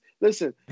Listen